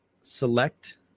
select